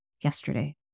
yesterday